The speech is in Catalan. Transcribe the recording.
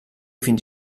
fins